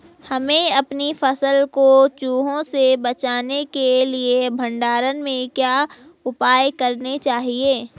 हमें अपनी फसल को चूहों से बचाने के लिए भंडारण में क्या उपाय करने चाहिए?